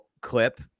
clip